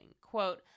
quote